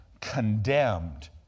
condemned